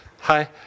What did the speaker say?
Hi